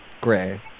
gray